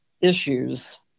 issues